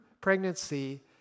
pregnancy